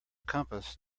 compass